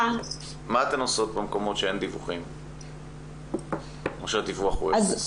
מה אתן עושות במקומות שאין בהם דיווחים או שהדיווח הוא אפס?